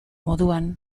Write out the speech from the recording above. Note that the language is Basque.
moduan